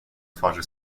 twarzy